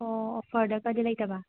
ꯑꯣ ꯑꯣꯐꯔꯗꯀꯗꯤ ꯂꯩꯇꯕ